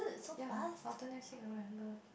ya after next week November